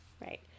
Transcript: Right